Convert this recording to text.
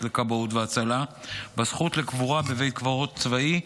לכבאות והצלה בזכות לקבורה בבית קברות צבאי,